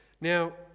Now